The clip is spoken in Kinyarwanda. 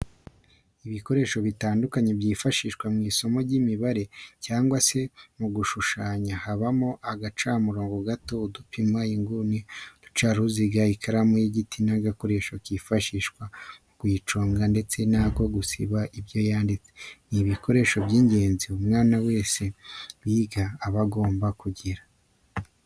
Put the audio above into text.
Ibikoresho bitandukanye byifashishwa mu isomo ry'imibare cyangwa se mu gushushanya habamo agacamurobo gato, udupima inguni, uducaruziga, ikaramu y'igiti n'agakoresho kifashishwa mu kuyiconga ndetse n'ako gusiba ibyo yanditse, ni ibikoresho by'ingenzi umwana wese wiga aba agomba kugira.